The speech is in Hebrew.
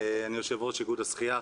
אני יושב ראש איגוד השחייה,